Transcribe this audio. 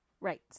Right